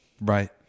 Right